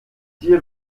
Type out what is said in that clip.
dir